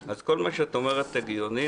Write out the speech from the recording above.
אז כל מה שאת אומרת הגיוני,